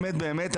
באמת,